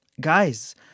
Guys